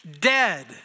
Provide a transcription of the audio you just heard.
dead